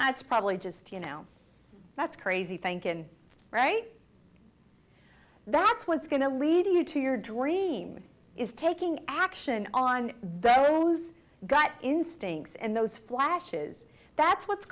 it's probably just you know that's crazy think in right that's what's going to lead you to your dream is taking action on those gut instincts and those flashes that's what's